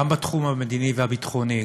גם בתחום המדיני והביטחוני,